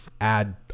add